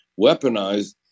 weaponized